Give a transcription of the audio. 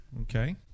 Okay